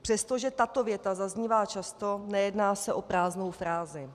Přestože tato věta zaznívá často, nejedná se o prázdnou frázi.